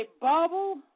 bubble